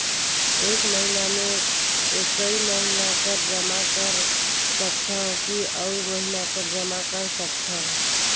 एक महीना मे एकई महीना कर जमा कर सकथव कि अउ महीना कर जमा कर सकथव?